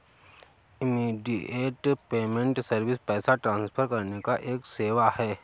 immediate payment service पैसा transfer करने का एक सेवा है